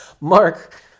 Mark